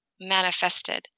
manifested